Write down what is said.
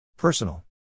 Personal